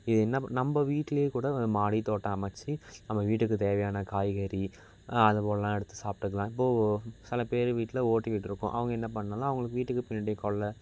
இது என்ன நம்ப வீட்ல கூட மாடி தோட்டம் அமைச்சு நம்ப வீட்டுக்கு தேவையான காய்கறி அது போல்லாம் எடுத்து சாப்பிட்டுக்கலாம் இப்போ சில பேர் வீட்டில் ஓட்டு வீடு இருக்கும் அவங்க என்ன பண்ணலாம் அவங்க வீட்டுக்கு பின்னாடி கொல்லை